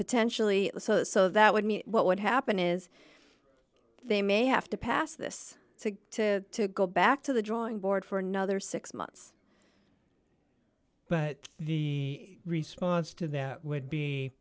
potentially so that would mean what would happen is they may have to pass this to go back to the drawing board for another six months but the response to that would be